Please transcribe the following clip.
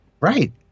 Right